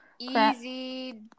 easy